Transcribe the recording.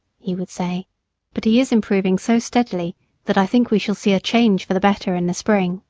he would say but he is improving so steadily that i think we shall see a change for the better in the spring.